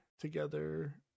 Together